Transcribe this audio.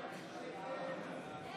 הסתייגות 44 לא